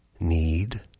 Need